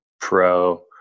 pro